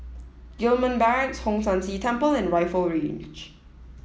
Gillman Barracks Hong San See Temple and Rifle Range